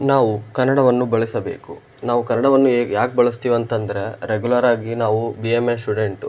ನಾವು ಕನ್ನಡವನ್ನು ಬಳಸಬೇಕು ನಾವು ಕನ್ನಡವನ್ನು ಏ ಯಾಕೆ ಬಳಸ್ತೀವಿ ಅಂತಂದ್ರೆ ರೆಗ್ಯುಲರಾಗಿ ನಾವು ಬಿ ಎಮ್ ಎ ಸ್ಟೂಡೆಂಟು